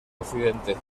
occidente